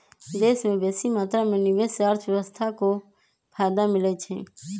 देश में बेशी मात्रा में निवेश से अर्थव्यवस्था को फयदा मिलइ छइ